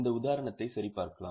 இந்த உதாரணத்தை சரிபார்க்கலாம்